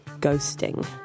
ghosting